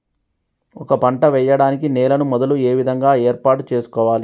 ఒక పంట వెయ్యడానికి నేలను మొదలు ఏ విధంగా ఏర్పాటు చేసుకోవాలి?